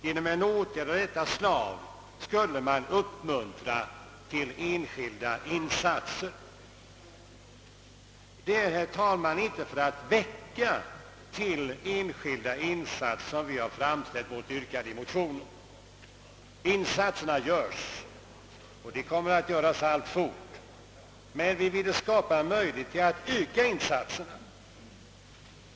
Genom en åtgärd av detta slag skulle man uppmuntra till enskilda insatser.» Det är, herr talman, inte för att väcka till enskilda insatser som vi har framställt vårt yrkande i motionen. Insatserna görs, och de kommer att göras alltfort, men vi vill skapa möjlighet att öka insatserna.